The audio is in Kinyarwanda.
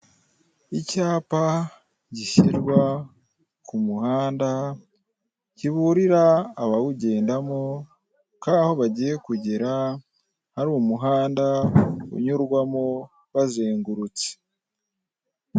Icyapa gishyirwa ku muhanda kiburira abawugendamo ko aho bagiye kugera hari umuhanda unyurwamo ubazengurutse.